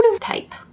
type